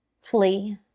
flee